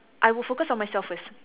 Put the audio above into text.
I would focus on myself first